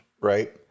Right